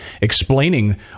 explaining